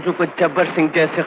with jabbar singh